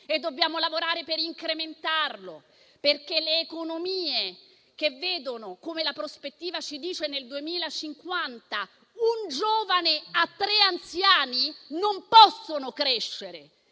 Dobbiamo lavorare per incrementarlo, perché le economie che vedono, come la prospettiva ci dice, nel 2050 un giovane a tre anziani non possono crescere.